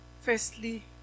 firstly